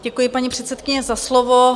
Děkuji, paní předsedkyně, za slovo.